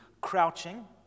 crouching